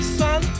sun